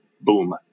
Boom